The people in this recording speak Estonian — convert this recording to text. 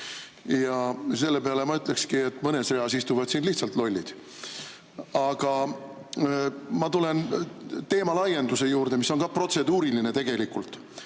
Ja selle peale ma ütleksingi, et mõnes reas istuvad siin lihtsalt lollid. Aga ma tulen teema laienduse juurde, mis on ka protseduuriline tegelikult.